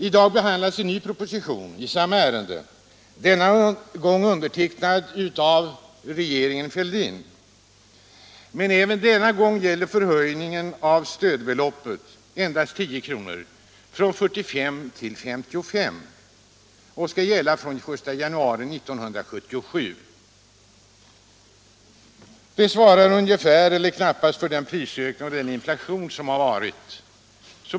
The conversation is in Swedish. I dag behandlas en ny proposition i samma ärende, denna gång undertecknad av regeringen Fälldin. Även nu gäller det en förhöjning av stödbeloppet med endast 10 kr., från 45 till 55 kr., att gälla från den 1 januari 1977. Det svarar knappast mot den inflation som vi haft.